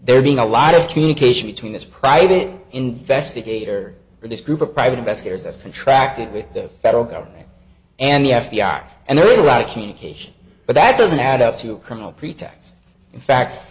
there being a lot of communication between this private investigator and this group of private investigators that's contracted with the federal government and the f b i and there is a lot of communication but that doesn't add up to a criminal pretext in fact